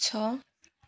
छ